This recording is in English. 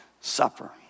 supper